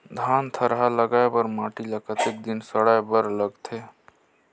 धान थरहा लगाय बर माटी ल कतेक दिन सड़ाय बर लगथे?